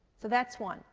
so that's one.